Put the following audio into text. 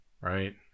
right